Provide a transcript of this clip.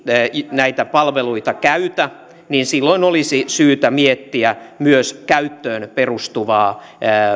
näitä palveluita käytä niin silloin olisi syytä miettiä myös käyttöön perustuvaa